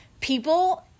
people